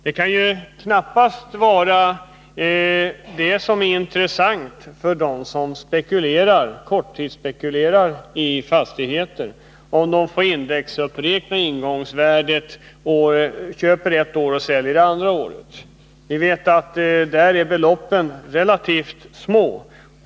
Det kan knappast vara intressant för dem som korttidsspekulerar i fastigheter, om de får indexuppräkna ingångsvärdet när de köper fastigheten det ena året och säljer den det andra. Vi vet att där är beloppen relativt små.